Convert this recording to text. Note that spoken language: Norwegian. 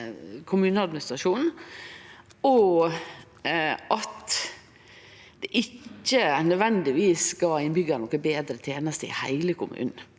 og at det ikkje nødvendigvis gav innbyggjarane betre tenester i heile kommunen.